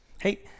Hey